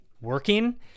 working